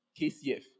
KCF